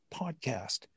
podcast